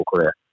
career